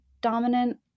dominant